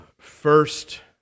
first